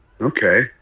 Okay